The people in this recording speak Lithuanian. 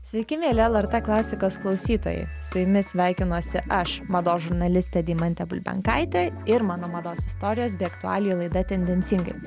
sveiki mieli lrt klasikos klausytojai su jumis sveikinuosi aš mados žurnalistė deimantė bulbenkaitė ir mano mados istorijos bei aktualijų laida tendencingai